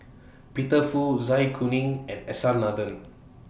Peter Fu Zai Kuning and S R Nathan